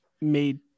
made